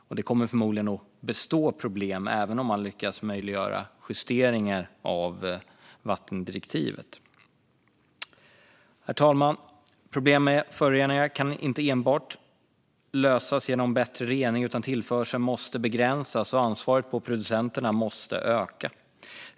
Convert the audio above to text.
Problem kommer förmodligen att kvarstå även om man lyckas möjliggöra justeringar av vattendirektivet. Herr talman! Problem med föroreningar kan inte enbart lösas genom bättre rening. Tillförseln måste begränsas, och producenternas ansvar måste öka.